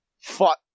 Fuck